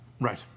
Right